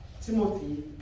Timothy